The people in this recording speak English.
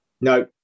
No